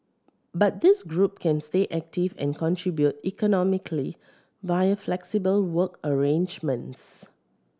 but this group can stay active and contribute economically via flexible work arrangements